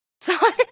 Sorry